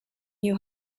you